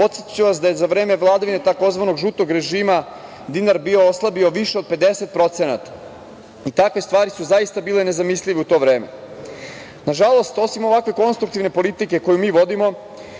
Podsetiću vas da je za vreme vladavine takozvanog žutog režima dinar bio oslabio više od 50% i takve stvari su zaista bile nezamislive u to vreme. Nažalost, osim ovakve konstruktivne i državotvorne politike koju mi vodimo,